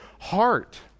heart